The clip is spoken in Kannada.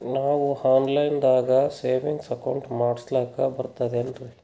ನಾವು ಆನ್ ಲೈನ್ ದಾಗ ಸೇವಿಂಗ್ಸ್ ಅಕೌಂಟ್ ಮಾಡಸ್ಲಾಕ ಬರ್ತದೇನ್ರಿ?